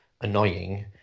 Annoying